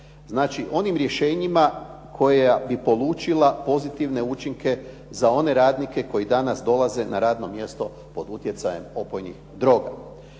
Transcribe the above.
Znači, onim rješenjima koja bi polučila pozitivne učinke za one radnike koji danas dolaze na radno mjesto pod utjecajem opojnih droga.